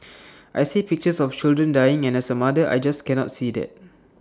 I see pictures of children dying and as A mother I just cannot see that